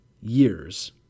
years